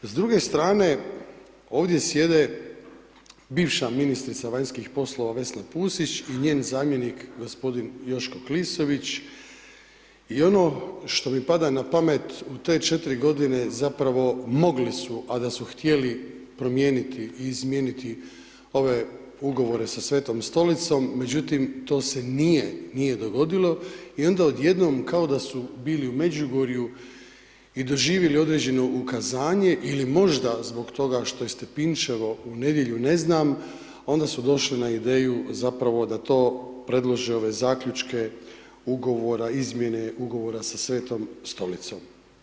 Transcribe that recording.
S druge strane, ovdje sjede bivša ministrica vanjskih poslova, Vesna Pusić i njen zamjenik g. Joško Klisović i ono što mi pada na pamet u te 4 godine, zapravo mogli su, a da su htjeli, promijeniti i izmijeniti ove ugovore sa Svetom Stolicom, međutim to se nije dogodilo i onda odjednom kao da su bili u Međugorju i doživjeli određeno ukazanje ili možda zbog toga što je Stepinčevo u nedjelju, ne znam, onda su došli na ideju zapravo da to predlože ove zaključke ugovora, izmjene ugovora sa Svetom Stolicom.